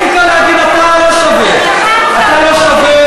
הכי קל להגיד: אתה לא שווה אתה לא שווה,